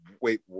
wait